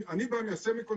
אני בא מה-Semi-conductors,